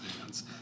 hands